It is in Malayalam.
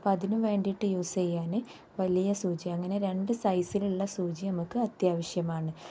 അപ്പം അതിന് വേണ്ടിയിട്ട് യൂസ് ചെയ്യാൻ വലിയ സൂചി അങ്ങനെ രണ്ട് സൈസിലുള്ള സൂചി നമുക്ക് അത്യാവശ്യമാണ്